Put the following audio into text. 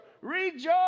Rejoice